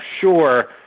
sure